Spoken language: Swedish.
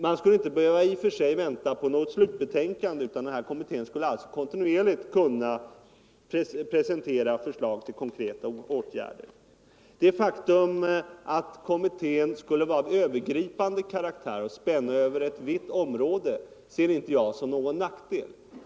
Man skulle i och för sig inte behöva vänta på något slutbetänkande, utan kommittén skulle kontinuerligt kunna presentera förslag till konkreta åtgärder. Det faktum att kommittén skulle vara av övergripande karaktär och spänna över ett vitt område ser inte jag som någon nackdel.